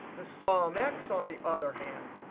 the sumx, on the other hand,